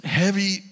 heavy